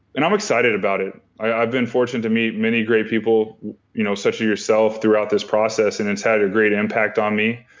and i'm excited about it. i've been fortunate to meet many great people you know such as yourself throughout this process and it's had a great impact on me.